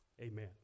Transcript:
amen